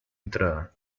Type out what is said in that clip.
entrada